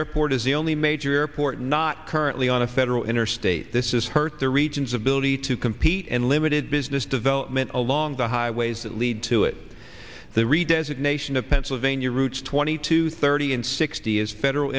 airport is the only major airport not currently on a federal interstate this is hurt the regions of billy to compete and limited business development along the highways that lead to it the reed designation of pennsylvania routes twenty two thirty and sixty as federal